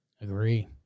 Agree